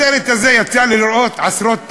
הסרט הזה, יצא לי לראות אותו עשרות פעמים.